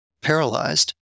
paralyzed